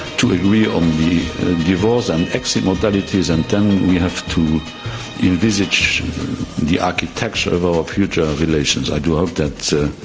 to agree on the divorce and exit modalities, and then we have to envisage the architecture of our future relations. i do hope that the